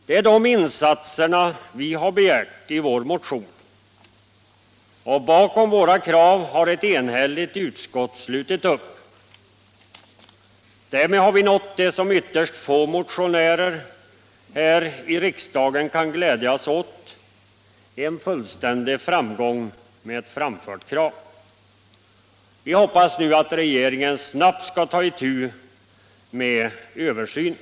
Det är de insatserna som vi har begärt i vår motion, och bakom våra krav har ett enhälligt utskott slutit upp. Därmed har vi nått det som ytterst få motionärer här i riksdagen kan glädjas åt — en fullständig framgång med ett framfört krav. Vi hoppas nu att regeringen snabbt skall ta itu med översynen.